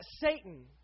Satan